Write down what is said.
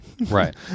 right